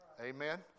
Amen